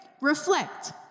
reflect